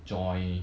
join